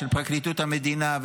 של פרקליטות המדינה,